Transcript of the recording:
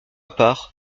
part